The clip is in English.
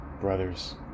brother's